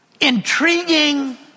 intriguing